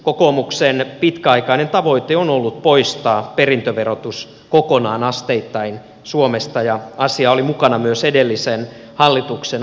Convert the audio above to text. kokoomuksen pitkäaikainen tavoite on ollut poistaa perintöverotus kokonaan asteittain suomesta ja asia oli mukana myös edellisen hallituksen ohjelmassa